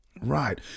right